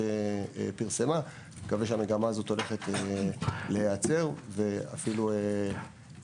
פרסמה אני מקווה שהמגמה הזו הולכת להיעצר ואף לסגת.